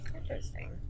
Interesting